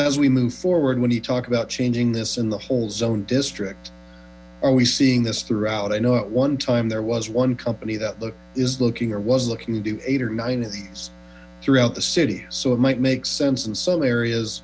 as we move forward when you talk about changing this in the whole zone district are we seeing this throughout i know at one time there was one company that is looking or was looking to do eight or nine of these throughout the city so it might make sense in some areas